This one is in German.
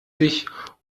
sich